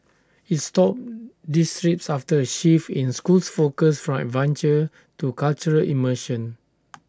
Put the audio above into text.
IT stopped these trips after A shift in school's focus from adventure to cultural immersion